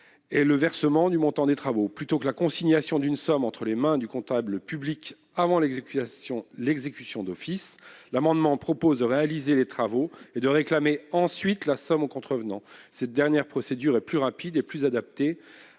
et le versement du montant des travaux. Plutôt que la consignation d'une somme entre les mains du comptable public avant l'exécution d'office, l'amendement prévoit la réalisation des travaux, suivie du recouvrement de la dépense auprès des contrevenants. Cette dernière procédure est plus rapide et plus adaptée